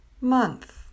month